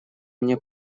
мне